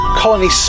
colony